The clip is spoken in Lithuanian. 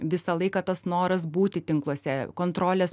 visą laiką tas noras būti tinkluose kontrolės